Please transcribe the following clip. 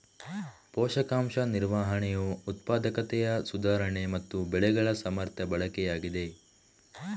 ಪೋಷಕಾಂಶ ನಿರ್ವಹಣೆಯು ಉತ್ಪಾದಕತೆಯ ಸುಧಾರಣೆ ಮತ್ತೆ ಬೆಳೆಗಳ ಸಮರ್ಥ ಬಳಕೆಯಾಗಿದೆ